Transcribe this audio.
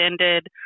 ended